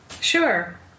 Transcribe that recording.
Sure